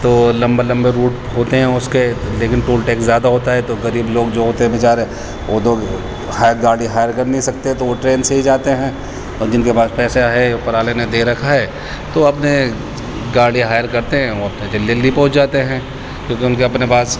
تو لمبے لمبے روٹ ہوتے ہیں اس کے لیکن ٹول ٹیکس زیادہ ہوتا ہے تو غریب لوگ جو ہوتے ہیں بیچارے وہ تو ہائر گاڑی ہائر کر نہیں سکتے تو وہ ٹرین سے ہی جاتے ہیں اور جن کے پاس پیسہ ہے اوپر والے نے دے رکھا ہے تو اپنے گاڑی ہائر کرتے ہیں اور اپنا جلدی جلدی پہنچ جاتے ہیں کیونکہ ان کے اپنے پاس